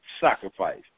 sacrifice